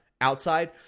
Outside